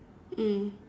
mm